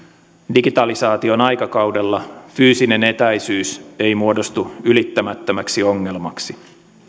digitalisaation aikakaudella fyysinen etäisyys ei muodostu ylittämättömäksi ongelmaksi